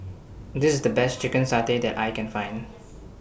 This IS The Best Chicken Satay that I Can Find